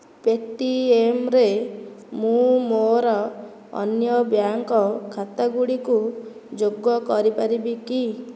ପେଟିଏମ୍ରେ ମୁଁ ମର ଅନ୍ୟ ବ୍ୟାଙ୍କ ଖାତାଗୁଡ଼ିକୁ ଯୋଗ କରିପାରିବି କି